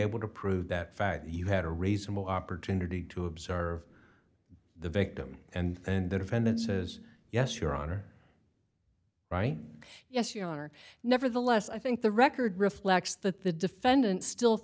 to prove that fact you had a reasonable opportunity to observe the victim and the defendant says yes your honor right yes your honor nevertheless i think the record reflects that the defendant still